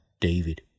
David